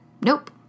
Nope